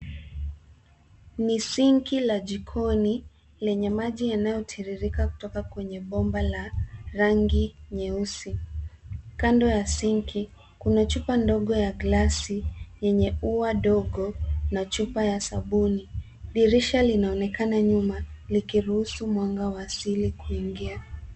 Ni sinki la jikoni lenye maji yanayotiririka kutoka kwenye bomba la rangi nyeusi .Kando ya sinki kuna chupa ndogo ya glasi yenye ua dogo na chupa ya sabuni. Dirisha linaonekana nyuma likiruhusu mwanga wa asili kuingia.